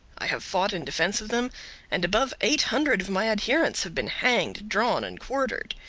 i have fought in defence of them and above eight hundred of my adherents have been hanged, drawn, and quartered.